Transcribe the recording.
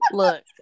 look